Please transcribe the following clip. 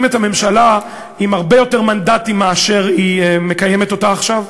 את הממשלה עם הרבה יותר מנדטים מאשר היא מקיימת אותה עכשיו,